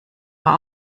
war